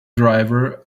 driver